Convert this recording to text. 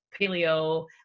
paleo